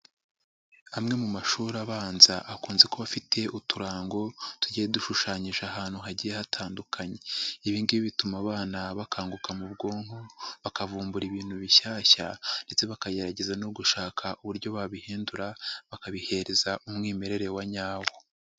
Amwe mu mashuri abanza akunze kuba afite uturango tugiye dushushanyije ahantu hagiye hatandukanye. Ibi ngibi bituma abana bakanguka mu bwonko, bakavumbura ibintu bishyashya ndetse bakagerageza no gushaka uburyo babihindura, bakabihereza umwimerere wa nyawo.